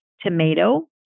tomato